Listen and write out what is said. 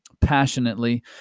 passionately